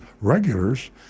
regulars